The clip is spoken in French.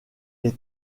les